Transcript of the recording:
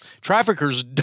traffickers